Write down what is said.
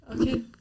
Okay